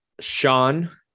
Sean